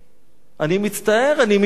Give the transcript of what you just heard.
אני מצטער, אני מתנצל,